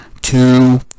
Two